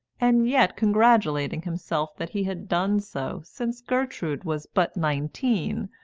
and yet congratulating himself that he had done so since gertrude was but nineteen.